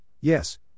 yes